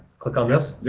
click on this? yeah